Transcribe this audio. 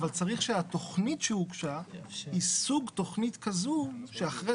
אבל צריך שהתכנית שהוגשה היא סוג תכנית כזאת שאחרי